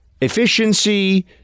Efficiency